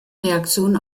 reaktion